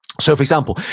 so for example,